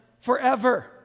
forever